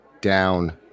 down